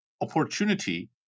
opportunity